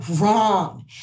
wrong